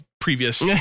previous